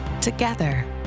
Together